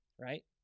right